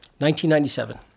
1997